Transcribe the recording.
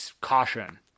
caution